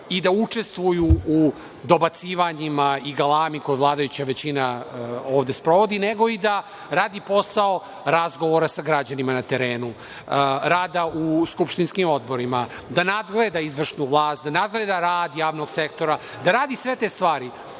i da učestvuju u dobacivanjima i galami koju vladajuća većina ovde sprovodi, nego i da radi posao razgovora sa građanima na terenu, rada u skupštinskim odborima, da nadgleda izvršnu vlast, da nadgleda rad javnog sektora, da radi sve te stvari.